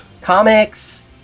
Comics